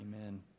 Amen